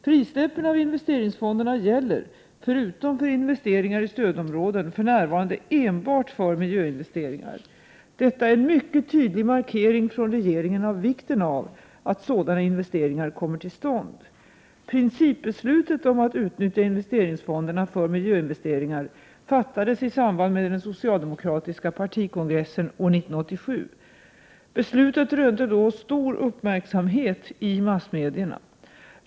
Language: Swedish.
Frisläppen av investeringsfonderna gäller, förutom för investeringar i stödområden, för närvarande enbart för miljöinvesteringar. Detta är en mycket tydlig markering från regeringen av vikten av att sådana investeringar kommer till stånd. Principbeslutet om att utnyttja investeringsfonderna för miljöinvesteringar fattades i samband med den socialdemokratiska partikongressen år 1987. Beslutet rönte då stor uppmärksamhet i massmedierna.